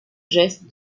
geste